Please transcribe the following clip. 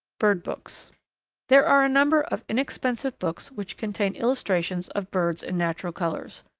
bird books there are a number of inexpensive books which contain illustrations of birds in natural colours.